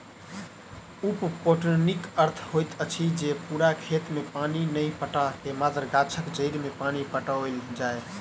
उप पटौनीक अर्थ होइत अछि जे पूरा खेत मे पानि नहि पटा क मात्र गाछक जड़ि मे पानि पटाओल जाय